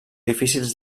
difícils